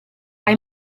hai